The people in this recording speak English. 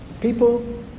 people